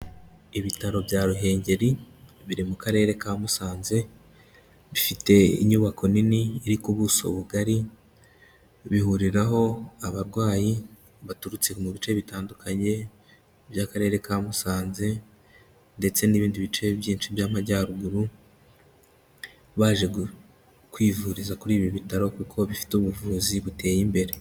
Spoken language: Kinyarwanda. Ibitaro bya Ruhengeri, biri mu karere ka Musanze, bifite inyubako nini iri ku buso bugari, bihuriraho abarwayi baturutse mu bice bitandukanye by'akarere ka Musanze, ndetse n'ibindi bice byinshi by'amajyaruguru, baje kwivuriza kuri ibi bitaro kuko bifite ubuvuzi buteye imbere.